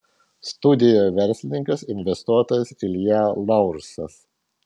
studijoje verslininkas investuotojas ilja laursas